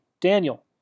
Daniel